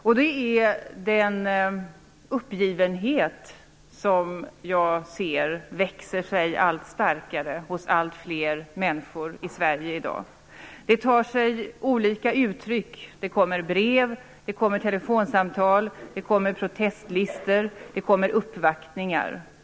Det finns en uppgivenhet som jag ser växa sig allt starkare hos alltfler människor i Sverige i dag. Det tar sig olika uttryck - brev, telefonsamtal, protestlistor och uppvaktningar.